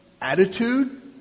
attitude